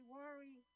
worry